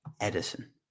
Edison